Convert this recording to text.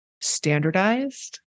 standardized